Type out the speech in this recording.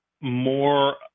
more